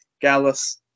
Gallus